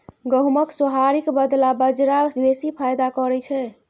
गहुमक सोहारीक बदला बजरा बेसी फायदा करय छै